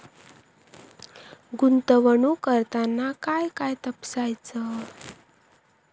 गुंतवणूक करताना काय काय तपासायच?